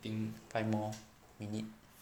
I think five more minutes